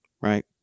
right